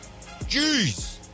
Jeez